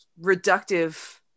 reductive